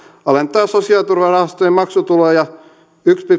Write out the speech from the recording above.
alentaa sosiaaliturvarahastojen maksutuloja yksi